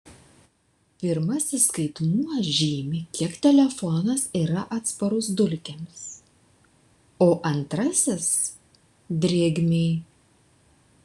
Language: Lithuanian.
pirmasis skaitmuo žymi kiek telefonas yra atsparus dulkėms o antrasis drėgmei